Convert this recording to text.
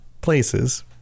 places